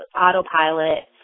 autopilot